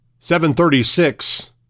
736